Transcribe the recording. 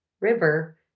River